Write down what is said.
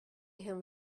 him